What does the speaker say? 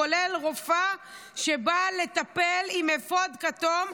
כולל רופאה שבאה לטפל עם אפוד כתום,